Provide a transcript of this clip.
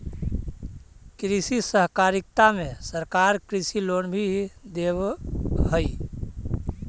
कृषि सहकारिता में सरकार कृषि लोन भी देब हई